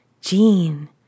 Jean